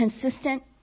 Consistent